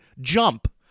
jump